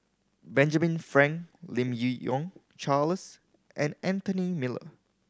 Benjamin Frank Lim Yi Yong Charles and Anthony Miller